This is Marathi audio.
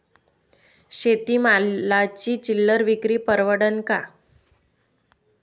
शेती मालाची चिल्लर विक्री परवडन का?